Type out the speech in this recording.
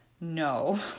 No